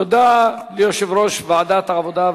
תודה ליושב-ראש ועדת העבודה,